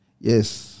Yes